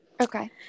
okay